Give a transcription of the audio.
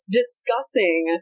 discussing